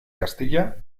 castilla